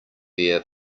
bare